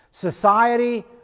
Society